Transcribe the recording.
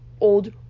old